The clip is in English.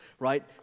right